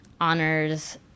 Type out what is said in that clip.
honors